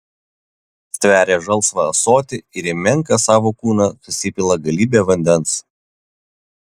stveria žalsvą ąsotį ir į menką savo kūną susipila galybę vandens